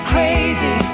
Crazy